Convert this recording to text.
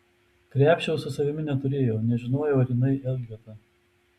krepšio su savimi neturėjo nežinojau ar jinai elgeta